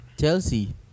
Chelsea